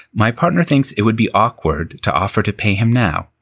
my. huttner thinks it would be awkward to offer to pay him now.